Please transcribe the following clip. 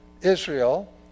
Israel